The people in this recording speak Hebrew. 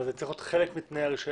אבל זה צריך להיות חלק מתנאי הרישיון.